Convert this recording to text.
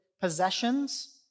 possessions